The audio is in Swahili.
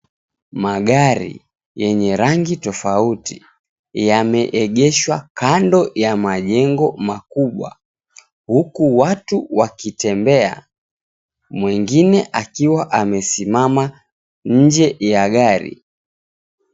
Magari, yenye rangi tofauti. Yameegeshwa kando ya majengo makubwa, huku watu wakitembea. Mwengine akiwa amesimama nje ya gari.